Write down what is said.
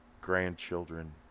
grandchildren